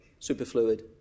superfluid